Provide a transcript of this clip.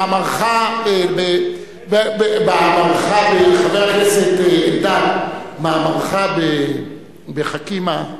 מאמרך, חבר הכנסת אלדד, מאמרך ב"חכימא"